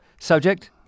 subject